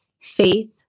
faith